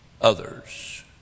others